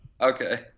Okay